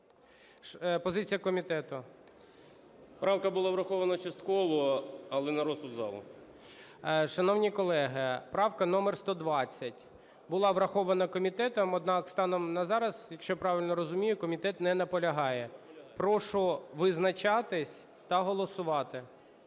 КУЗБИТ Ю.М. Правка була врахована частково. Але на розсуд залу. ГОЛОВУЮЧИЙ. Шановні колеги, правка номер 120 була врахована комітетом. Однак станом на зараз, якщо я правильно розумію, комітет не наполягає. Прошу визначатись та голосувати.